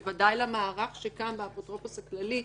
בוודאי למערך שקם באפוטרופוס הכללי,